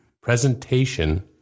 presentation